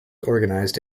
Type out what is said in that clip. organized